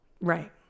Right